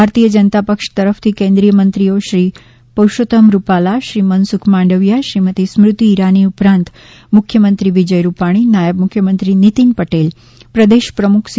ભારતીય જનતા પક્ષ તરફથી કેન્દ્રિય મંત્રીઓશ્રી પુરૂષોત્તમ રૂપાલા શ્રી મનસુખ માંડવિયા શ્રીમતી સ્મૃતિ ઇરાની ઉપરાંત મુખ્યમંત્રી વિજય રૂપાણી નાયબ મુખ્યમંત્રી નિતીન પટેલ પ્રદેશ પ્રમુખ સી